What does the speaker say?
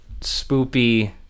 spoopy